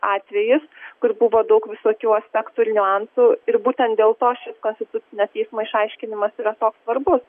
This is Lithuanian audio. atvejis kur buvo daug visokių aspektų ir niuansų ir būtent dėl to šis konstitucinio teismo išaiškinimas yra toks svarbus